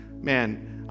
man